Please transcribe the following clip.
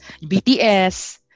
BTS